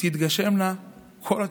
תתגשמנה כל התקוות,